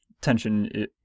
tension